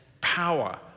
power